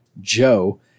Joe